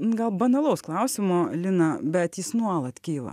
gal banalaus klausimo lina bet jis nuolat kyla